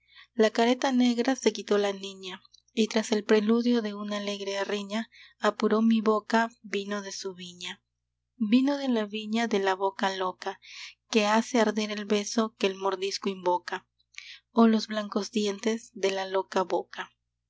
la careta negra se quitó la niña y tras el preludio de una alegre riña apuró mi boca vino de su viña vino de la viña de la boca loca que hace arder el beso que el mordisco invoca oh los blancos dientes de la loca boca